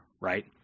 right